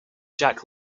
jack